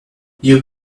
you